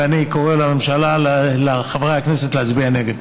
ואני קורא לחברי הכנסת להצביע נגד.